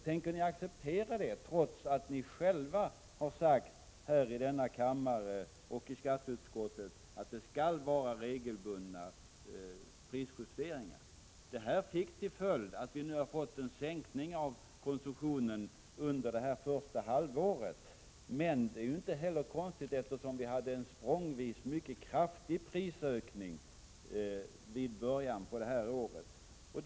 Tänker ni acceptera det, trots att ni själva i denna kammare och i skatteutskottet sagt att det skall göras regelbundna prisjusteringar? Dessa justeringar har fått till följd en sänkning av konsumtionen under det första halvåret, vilket inte är konstigt, eftersom vi fått en mycket kraftig, språngvis genomförd prisökning i början av detta år.